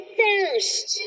first